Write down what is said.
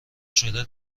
شده